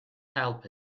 help